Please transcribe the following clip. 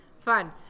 Fun